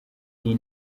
iyi